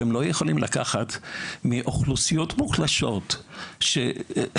אתם לא יכולים לקחת מאוכלוסיות מוחלשות שחלקן,